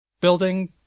building